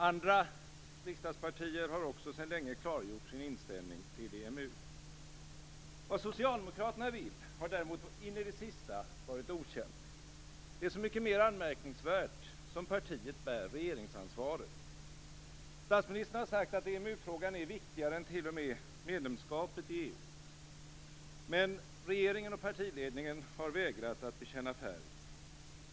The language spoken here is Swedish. Andra riksdagspartier har också sedan länge klargjort sin inställning till EMU. Vad Socialdemokraterna vill har däremot in i det sista varit okänt. Det är så mycket mera anmärkningsvärt som partiet bär regeringsansvaret. Statsministern har sagt att EMU-frågan är viktigare än t.o.m. medlemskapet i EU. Men regeringen och partiledningen har vägrat att bekänna färg.